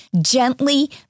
gently